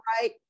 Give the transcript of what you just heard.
right